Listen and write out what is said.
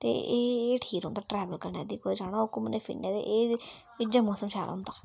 ते एह् एह् ठीक रौंह्दा ट्रैवल करने गी जेकर कुतै जाना होऐ घुमने फिरने ते एह् एह् जेहा मौसम शैल होंदा